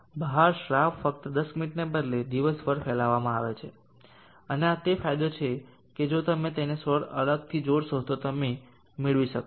બહાર સ્રાવ ફક્ત 10 મિનિટને બદલે દિવસભર ફેલાવવામાં આવે છે અને આ તે ફાયદો છે કે જો તમે તેને સૌર અલગથી જોડશો તો તમે મેળવી શકો છો